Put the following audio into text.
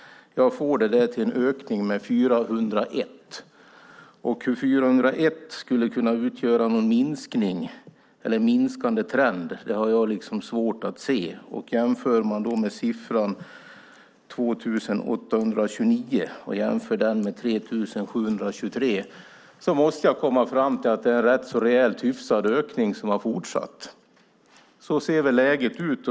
Jag får det till en ökning med 401 anställda, och hur 401 skulle kunna utgöra en minskande trend har jag svårt att se. Jämför man med siffran 2 829 och jämför den med siffran 3 723 måste jag komma fram till att det är en rätt rejält hyfsad ökning som har fortsatt. Så ser läget ut.